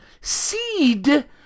Seed